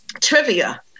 trivia